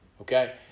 Okay